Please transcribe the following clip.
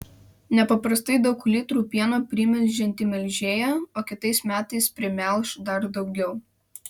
nepaprastai daug litrų pieno primelžianti melžėja o kitais metais primelš dar daugiau